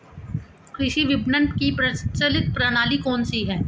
कृषि विपणन की प्रचलित प्रणाली कौन सी है?